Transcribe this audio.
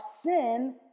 sin